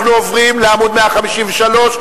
אנחנו עוברים לעמוד 153,